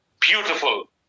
Beautiful